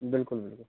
बिल्कुल बिल्कुल